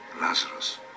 Lazarus